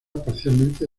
parcialmente